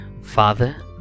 Father